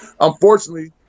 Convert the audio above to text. Unfortunately